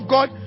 God